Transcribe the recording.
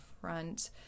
front